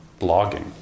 Blogging